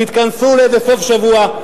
תתכנסו לאיזה סוף-שבוע,